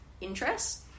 interests